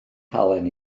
halen